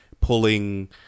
pulling